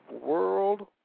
World